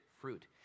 fruit